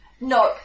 No